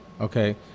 Okay